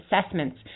assessments